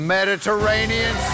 Mediterranean